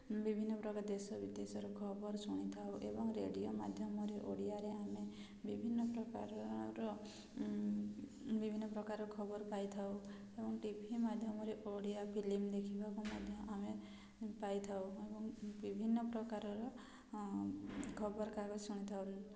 ବିଭିନ୍ନ ପ୍ରକାର ଦେଶ ବିଦେଶର ଖବର ଶୁଣିଥାଉ ଏବଂ ରେଡ଼ିଓ ମାଧ୍ୟମରେ ଓଡ଼ିଆରେ ଆମେ ବିଭିନ୍ନ ପ୍ରକାରର ବିଭିନ୍ନ ପ୍ରକାର ଖବର ପାଇଥାଉ ଏବଂ ଟି ଭି ମାଧ୍ୟମରେ ଓଡ଼ିଆ ଫିଲ୍ମ୍ ଦେଖିବାକୁ ମଧ୍ୟ ଆମେ ପାଇଥାଉ ଏବଂ ବିଭିନ୍ନ ପ୍ରକାରର ଖବରକାଗଜ ଶୁଣିଥାଉ